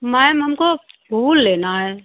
ma'am हमको फूल लेना है